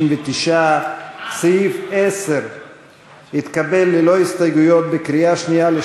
59. סעיף 10 התקבל בקריאה שנייה,